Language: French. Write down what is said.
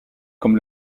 comme